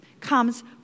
comes